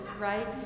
right